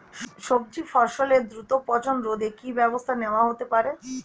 সবজি ফসলের দ্রুত পচন রোধে কি ব্যবস্থা নেয়া হতে পারে?